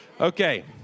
Okay